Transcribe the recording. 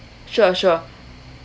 sure sure